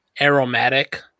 aromatic